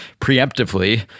preemptively